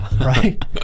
right